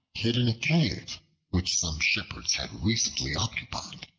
hid in a cave which some shepherds had recently occupied.